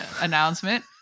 announcement